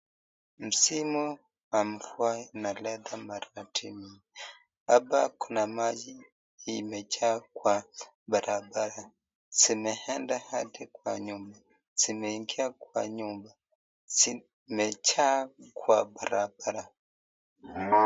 Msimu wa mvua unaleta maradhi mingi. Hapa kuna maji imejaa kwa barabara, zimeenda hadi kwa nyumba, zimeingia kwa nyumba, zimejaa kwa barabara.